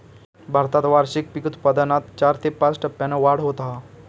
भारतात वार्षिक पीक उत्पादनात चार ते पाच टक्क्यांन वाढ होता हा